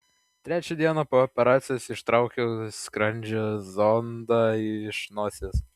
trečią dieną po operacijos ištraukiau skrandžio zondą iš nosies